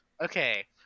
Okay